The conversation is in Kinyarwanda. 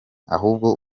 ahubwo